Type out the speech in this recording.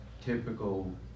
typical